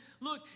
Look